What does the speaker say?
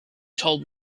told